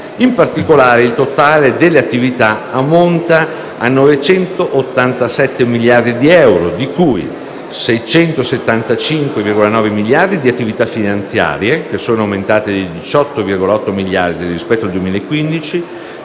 In particolare, il totale delle attività ammonta a 987 miliardi di euro, di cui 675,9 miliardi di attività finanziarie (in aumento di 18,8 miliardi rispetto al 2015);